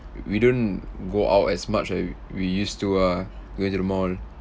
we don't go out as much as we used to ah going to the mall